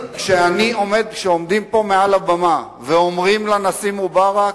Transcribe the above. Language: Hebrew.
כשעומדים פה על הבמה ואומרים לנשיא מובארק: